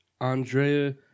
Andrea